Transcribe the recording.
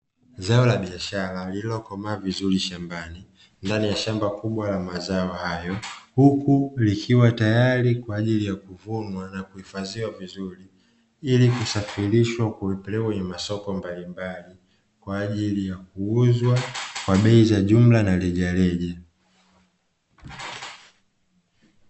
Zao la biashara lililokomaa vizuri shambani ndani ya shamba kubwa la mazao hayo, huku likiwa tayari kwa ajili ya kuvunwa na kuhifadhiwa vizuri ili kusafirishwa kupelekwa kwenye masoko mbalimbali kwa ajili ya kuuzwa kwa bei za jumla na rejareja.